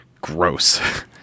gross